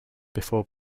before